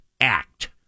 Act